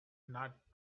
not